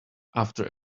after